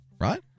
right